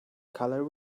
color